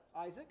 Isaac